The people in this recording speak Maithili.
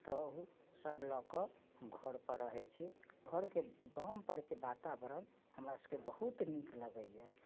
पुतहु सब लऽ कऽ हम घर पर रहैत छी घरके गाम परके वातावरण हमरा सबकेँ बहुत नीक लगैया